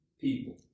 people